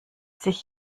sich